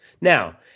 Now